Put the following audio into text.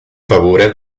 favore